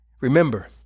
Remember